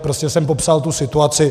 Prostě jsem popsal tu situaci.